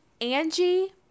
Angie